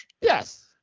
Yes